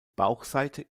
bauchseite